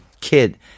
kid